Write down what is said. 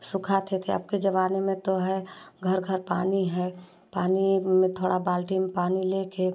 सुखाते थे अब के जमाने में तो है घर घर पानी है पानी में थोड़ा बाल्टी में पानी ले के